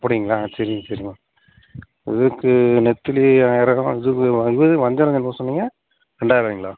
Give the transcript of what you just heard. அப்படிங்களா சரிங்க சரிங்க இதுக்கு நெத்தலி ஆயிரம் இது இது வஞ்சரம் என்ன சொன்னீங்க ரெண்டாயிரூவாயங்களா